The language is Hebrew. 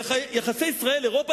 יחסי ישראל אירופה?